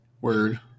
Word